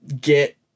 get